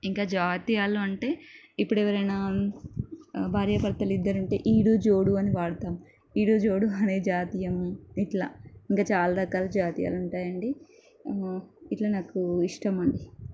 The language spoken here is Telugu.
ఇంకా జాతీయాలు అంటే ఇప్పుడు ఎవరైనా భార్యాభర్తలు ఇద్దరు ఉంటే ఈడుజోడు అని వాడతాం ఈడుజోడు అనే జాతీయం ఇట్లా ఇంకా చాలా రకాల జాతీయాలు ఉంటాయండి ఇట్లా నాకు ఇష్టమండి